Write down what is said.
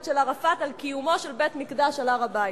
של ערפאת על קיומו של בית-מקדש על הר-הבית.